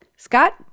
Scott